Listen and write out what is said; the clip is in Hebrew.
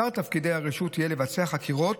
עיקר תפקידי הרשות יהיה לבצע חקירות